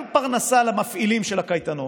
גם פרנסה למפעילים של הקייטנות,